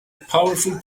powerful